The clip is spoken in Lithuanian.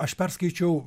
aš perskaičiau